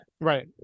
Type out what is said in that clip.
Right